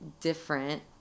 different